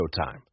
Showtime